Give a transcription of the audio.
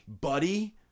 buddy